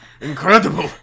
Incredible